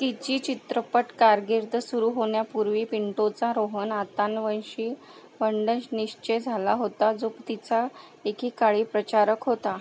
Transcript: तिची चित्रपट कारकिर्द सुरू होण्यापूर्वी पिंटोचा रोहन आतांवशी वाङ्निश्चय झाला होता जो तिचा एकेकाळी प्रचारक होता